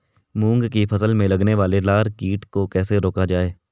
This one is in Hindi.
मूंग की फसल में लगने वाले लार कीट को कैसे रोका जाए?